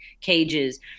cages